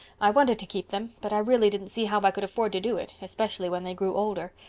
i wanted to keep them but i really didn't see how i could afford to do it, especially when they grew older.